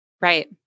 Right